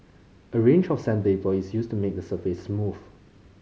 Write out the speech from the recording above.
a range of sandpaper is used to make the surface smooth